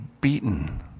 beaten